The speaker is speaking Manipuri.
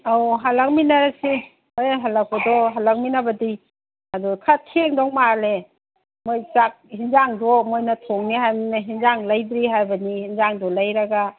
ꯑꯧ ꯍꯜꯂꯛꯃꯤꯟꯅꯔꯁꯤ ꯍꯣꯔꯦꯟ ꯍꯜꯂꯛꯄꯗꯣ ꯍꯜꯂꯛꯃꯤꯟꯅꯕꯗꯤ ꯑꯗꯣ ꯈꯔ ꯊꯦꯡꯗꯧ ꯃꯥꯜꯂꯦ ꯅꯣꯏ ꯆꯥꯛ ꯌꯦꯟꯖꯥꯡꯗꯣ ꯃꯣꯏꯅ ꯊꯣꯡꯅꯤ ꯍꯥꯏꯕꯅꯤꯅ ꯍꯦꯟꯖꯥꯡ ꯂꯩꯗ꯭ꯔꯤ ꯍꯥꯏꯕꯅꯦ ꯌꯦꯟꯖꯥꯡꯗꯣ ꯂꯩꯔꯒ